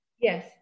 Yes